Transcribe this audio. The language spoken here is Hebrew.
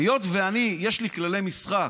היות שאני, יש לי כללי משחק,